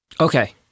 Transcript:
Okay